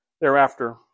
thereafter